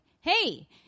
hey